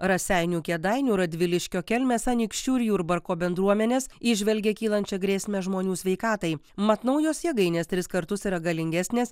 raseinių kėdainių radviliškio kelmės anykščių ir jurbarko bendruomenės įžvelgia kylančią grėsmę žmonių sveikatai mat naujos jėgainės tris kartus yra galingesnės